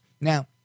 Now